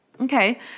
Okay